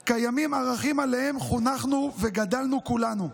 זה קיימים ערכים שעליהם חונכנו וגדלנו כולנו,